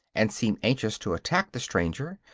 and seem anxious to attack the stranger,